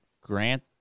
grant